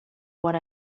one